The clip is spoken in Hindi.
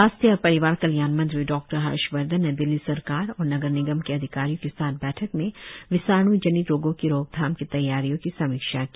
सवास्थ्य और परिवार कल्याण मंत्री डॉक्टर हर्षवर्धन ने दिल्ली सरकार और नगर निगम के अधिकारियों के साथ बैठक में विषाण् जनित रोगों की रोकथाम की तैयारियों की समीक्षा की